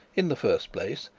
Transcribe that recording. in the first place,